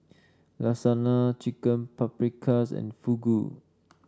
Lasagna Chicken Paprikas and Fugu